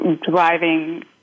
driving